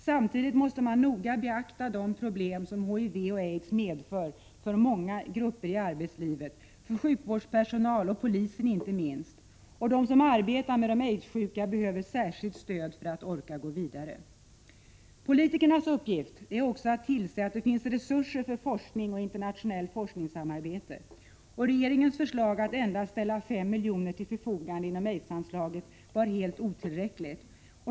Samtidigt måste man noga beakta de problem som HIV och aids medför för många grupper i arbetslivet, för inte minst sjukvårdspersonal och polisen. De som arbetar med de aidssjuka behöver särskilt stöd för att orka gå vidare. Politikernas uppgift är också att tillse att det finns resurser för forskning och internationellt forskningssamarbete. Regeringens förslag att endast ställa 5 miljoner till förfogande inom aidsanslaget var helt otillräckligt.